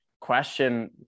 question